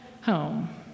home